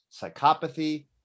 psychopathy